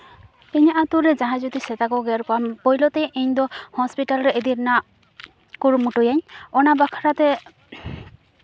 ᱤᱧᱟᱹᱜ ᱟᱛᱳ ᱨᱮ ᱡᱟᱦᱟᱸᱭ ᱡᱩᱫᱤ ᱥᱮᱛᱟ ᱠᱚ ᱜᱮᱨ ᱠᱚᱣᱟ ᱯᱳᱭᱞᱳ ᱛᱮ ᱤᱧ ᱫᱚ ᱦᱚᱥᱯᱤᱴᱟᱞ ᱨᱮ ᱤᱫᱤ ᱨᱮᱱᱟᱜ ᱠᱩᱨᱩᱢᱩᱴᱩᱭᱟᱹᱧ ᱚᱱᱟ ᱵᱟᱠᱷᱨᱟᱛᱮ